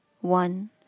one